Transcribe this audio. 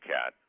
Cat